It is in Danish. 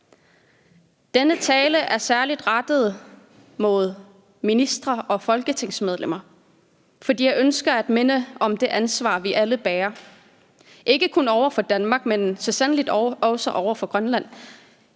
Denne tale er særlig rettet mod ministre og folketingsmedlemmer, fordi jeg ønsker at minde om det ansvar, vi alle bærer – ikke kun over for Danmark, men så sandelig også over for Grønland.